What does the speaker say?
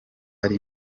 ari